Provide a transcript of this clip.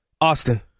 Austin